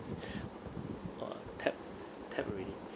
!wah! tap tap already